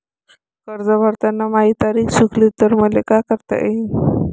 कर्ज भरताना माही तारीख चुकली तर मले का करता येईन?